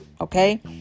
Okay